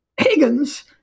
Higgins